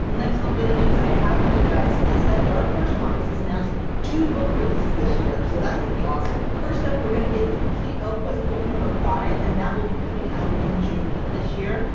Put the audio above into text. next a little bit of news i have for you guys, is that dark horse comics has announced two book releases this year! so that's gonna be awesome! first up, we're gonna get the complete elfquest book number five, and that will be coming out in june of this year!